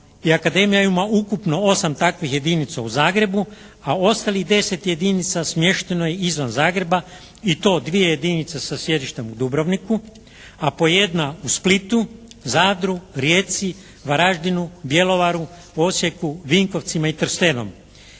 i Akademija ima ukupno 8 takvih jedinica u Zagrebu, a ostalih 10 jedinica smješteno je izvan Zagreba i to dvije jedinice sa sjedištem u Dubrovniku, a po jedna u Splitu, Zadru, Rijeci, Varaždinu, Bjelovaru, Osijeku, Vinkovcima i Trsteno.